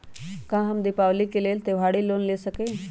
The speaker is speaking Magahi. का हम दीपावली के लेल त्योहारी लोन ले सकई?